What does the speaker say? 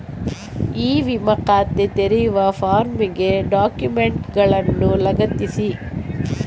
E ವಿಮಾ ಖಾತೆ ತೆರೆಯುವ ಫಾರ್ಮಿಗೆ ಡಾಕ್ಯುಮೆಂಟುಗಳನ್ನು ಲಗತ್ತಿಸಿ